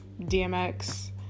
DMX